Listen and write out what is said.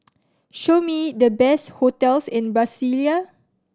show me the best hotels in Brasilia